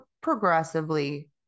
progressively